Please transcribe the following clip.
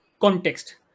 context